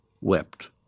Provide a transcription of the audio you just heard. wept